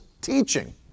teaching